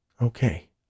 Okay